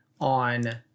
on